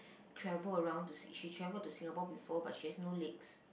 travel around to Si~ she travel to Singapore before but she has no legs